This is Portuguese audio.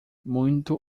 muito